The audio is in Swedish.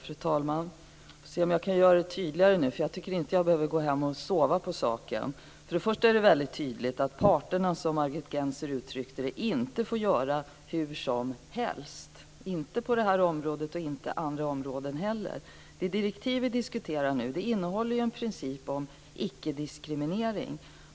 Fru talman! Vi får se om jag kan göra det hela tydligare nu, för jag tycker inte att jag behöver gå hem och sova på saken. Först och främst är det väldigt tydligt att parterna, som Margit Gennser uttryckte det, inte får göra hur som helst, inte på det här området och inte heller på andra områden. Det direktiv som vi diskuterar nu innehåller ju en princip om icke-diskriminering.